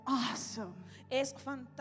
awesome